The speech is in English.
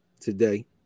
today